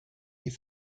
die